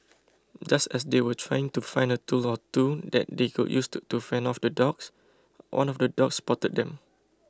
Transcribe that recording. just as they were trying to find a tool or two that they could use to fend off the dogs one of the dogs spotted them